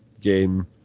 game